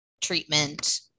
treatment